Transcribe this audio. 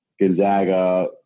Gonzaga